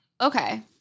okay